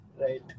Right